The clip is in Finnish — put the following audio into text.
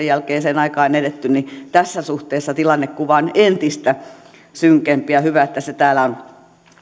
jälkeiseen aikaan edetty niin tässä suhteessa tilannekuva on entistä synkempi ja on hyvä että se täällä on